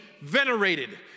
venerated